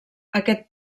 aquest